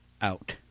out